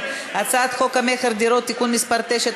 הצעת חוק המכר (דירות) (תיקון מס' 9),